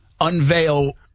Unveil